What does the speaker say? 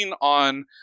on